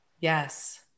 Yes